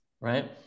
right